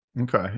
Okay